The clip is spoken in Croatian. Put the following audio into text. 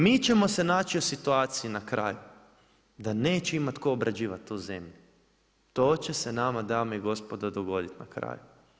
Mi ćemo se naći u situaciji na kraju da neće imati tko obrađivati tu zemlju, to će se nama dame i gospodo dogoditi na kraju.